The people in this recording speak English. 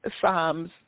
Psalms